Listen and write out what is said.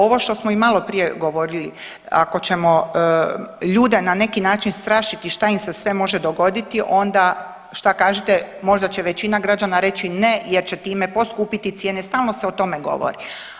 Ovo što smo i maloprije govorili ako ćemo ljude na neki način strašiti šta im se sve može dogoditi onda šta kažete možda će većina građana reći ne jer će s time poskupiti cijene, stalno se o tome govori.